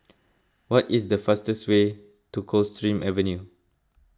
what is the fastest way to Coldstream Avenue